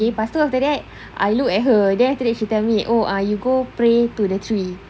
okay lepas tu after that I look at her then after that she tell me oh you go pray to the tree